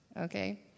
okay